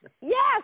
Yes